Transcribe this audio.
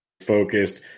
focused